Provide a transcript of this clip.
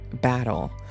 battle